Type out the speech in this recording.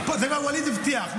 זה מה שווליד הבטיח.